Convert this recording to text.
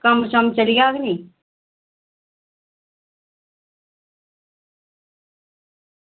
कम्म चली जाह्ग नी